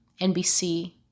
NBC